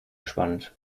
gespannt